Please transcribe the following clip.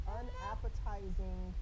unappetizing